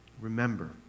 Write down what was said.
Remember